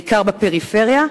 בעיקר בפריפריה,